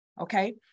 okay